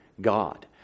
God